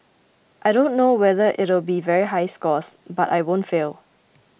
I don't know whether it'll be very high scores but I won't fail